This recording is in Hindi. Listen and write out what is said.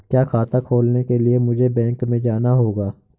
क्या खाता खोलने के लिए मुझे बैंक में जाना होगा?